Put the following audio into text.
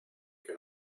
can